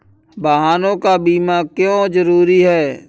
वाहनों का बीमा क्यो जरूरी है?